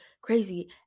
crazy